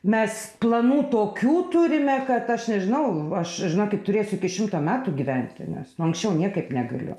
mes planų tokių turime kad aš nežinau aš žinokit turėsiu iki šimto metų gyventi nes nu anksčiau niekaip negaliu